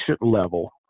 level